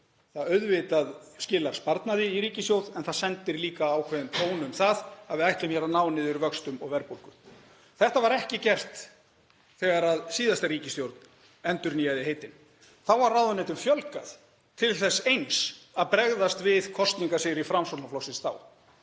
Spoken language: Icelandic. auðvitað sparnaði í ríkissjóð en það sendir líka ákveðinn tón um það að við ætlum að ná niður vöxtum og verðbólgu. Þetta var ekki gert þegar síðasta ríkisstjórn endurnýjaði heitin. Þá var ráðuneytum fjölgað til þess eins að bregðast við kosningasigri Framsóknarflokksins þá.